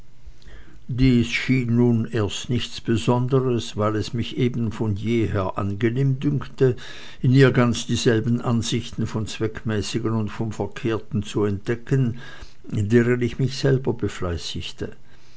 dies schien nun erst nichts besonderes weil es mich eben von jeher angenehm dünkte in ihr ganz dieselben ansichten vom zweckmäßigen oder vom verkehrten zu entdecken deren ich mich selber